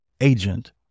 Agent